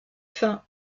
faim